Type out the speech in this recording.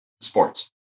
sports